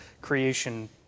creation